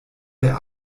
der